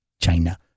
China